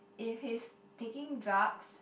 if he's taking drugs